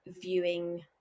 viewing